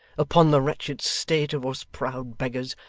upon the wretched state of us proud beggars,